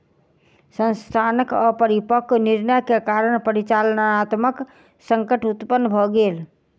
संस्थानक अपरिपक्व निर्णय के कारण परिचालनात्मक संकट उत्पन्न भ गेल